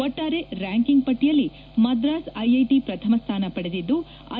ಒಟ್ವಾರೆ ranking ಪಟ್ಟಿಯಲ್ಲಿ Madras IIT ಪ್ರಥಮ ಸ್ಥಾನ ಪಡೆದಿದ್ದು ಐ